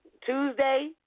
Tuesday